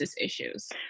issues